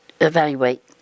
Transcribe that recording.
evaluate